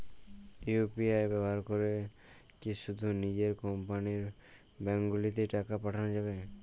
UPI ব্যবহার করে কি শুধু নিজের কোম্পানীর ব্যাংকগুলিতেই টাকা পাঠানো যাবে?